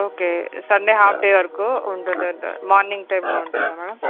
okay Sunday half day వరకు ఉంటుంది అంట మార్నింగ్ టైంలో ఉంటుందా మేడం